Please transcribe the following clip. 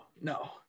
no